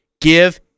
Give